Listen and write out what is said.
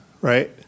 right